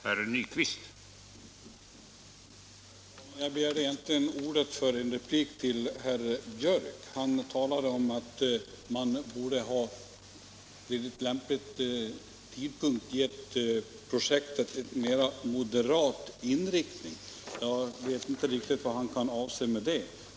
Herr talman! Jag begärde egentligen ordet för en replik till herr Björck i Nässjö. Han talade om att man vid lämplig tidpunkt borde ha givit projektet en mera moderat inriktning. Jag vet inte riktigt vad han kan avse med det.